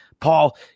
paul